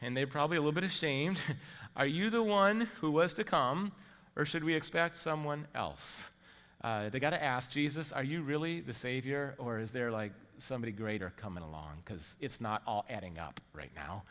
and they probably a little bit ashamed are you the one who was to come or should we expect someone else they got to ask jesus are you really the savior or is there like somebody greater coming along because it's not all adding up right now